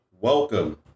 welcome